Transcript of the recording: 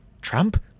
Trump